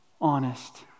honest